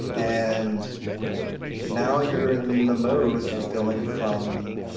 and now you're in the mode of going from